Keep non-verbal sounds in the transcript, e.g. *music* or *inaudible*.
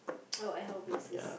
*noise* oh ad hoc basis